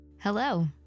Hello